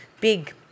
big